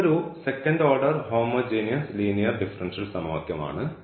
ഇത് ഒരു second order homogeneous linear differential സമവാക്യം ആണ്